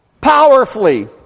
powerfully